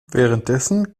währenddessen